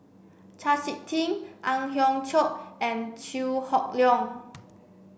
Chau Sik Ting Ang Hiong Chiok and Chew Hock Leong